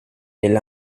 del